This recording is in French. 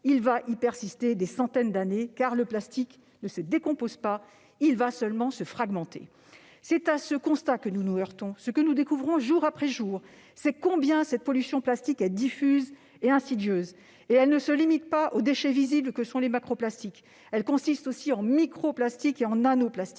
il va y persister des centaines d'années, car le plastique ne se décompose pas, mais va seulement se fragmenter. C'est à ce constat que nous nous heurtons. Ce que nous découvrons jour après jour, c'est combien cette pollution par le plastique est diffuse et insidieuse. Elle ne se limite pas aux déchets visibles que sont les macroplastiques, mais consiste aussi en microplastiques et même en nanoplastiques.